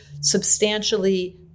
substantially